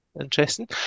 interesting